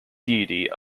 deity